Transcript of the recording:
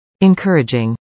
Encouraging